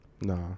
Nah